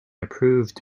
approved